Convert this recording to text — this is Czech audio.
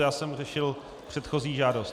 Já jsem řešil předchozí žádost.